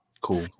Cool